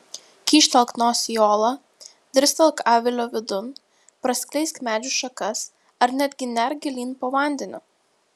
kyštelk nosį į olą dirstelk avilio vidun praskleisk medžių šakas ar netgi nerk gilyn po vandeniu